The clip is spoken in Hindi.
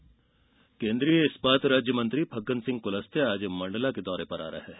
कुलस्ते केन्द्रीय इस्पात राज्यमंत्री फग्गन सिंह कुलस्ते आज मंडला के दौरे पर आ रहे हैं